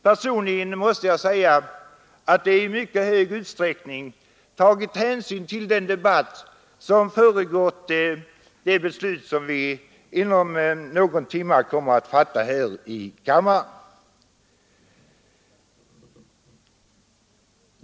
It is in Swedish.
Personligen anser jag att utskottet i mycket stor utsträckning tagit hänsyn till den debatt som föregått det beslut som vi om någon timme kommer att fatta här i kammaren.